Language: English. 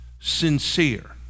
sincere